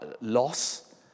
loss